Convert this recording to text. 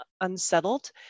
unsettled